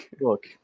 Look